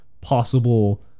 possible